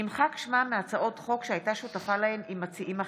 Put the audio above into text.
נמחק שמה מהצעות חוק שהייתה שותפה להן עם מציעים אחרים.